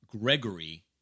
Gregory